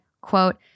quote